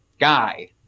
guy